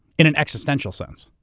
in an existential sense?